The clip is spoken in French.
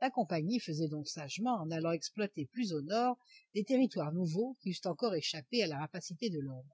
la compagnie faisait donc sagement en allant exploiter plus au nord des territoires nouveaux qui eussent encore échappé à la rapacité de l'homme